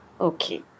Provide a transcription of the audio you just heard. Okay